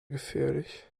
gefährlich